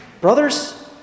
brothers